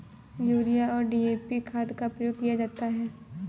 urea और DAP खाद का प्रयोग किया जाता है